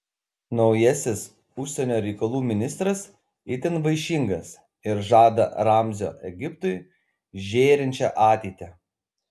naujasis užsienio reikalų ministras itin vaišingas ir žada ramzio egiptui žėrinčią ateitį